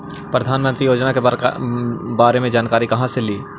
प्रधानमंत्री योजना के बारे मे जानकारी काहे से ली?